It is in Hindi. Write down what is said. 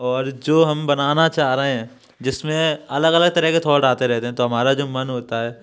और जो हम बनाना चाह रहे हैं जिसमें अलग अलग तरह के थॉट आते रहते हैं तो हमारा जो मन होता है